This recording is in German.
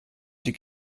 die